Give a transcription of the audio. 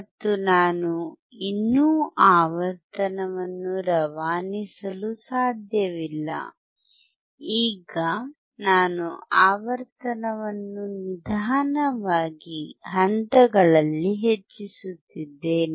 ಮತ್ತು ನಾನು ಇನ್ನೂ ಆವರ್ತನವನ್ನು ರವಾನಿಸಲು ಸಾಧ್ಯವಿಲ್ಲ ಈಗ ನಾನು ಆವರ್ತನವನ್ನು ನಿಧಾನವಾಗಿ ಹಂತಗಳಲ್ಲಿ ಹೆಚ್ಚಿಸುತ್ತಿದ್ದೇನೆ